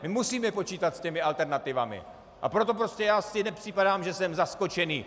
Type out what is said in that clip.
My musíme počítat s těmi alternativami, a proto prostě já si nepřipadám, že jsem zaskočený.